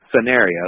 scenario